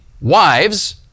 wives